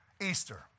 Easter